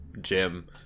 Jim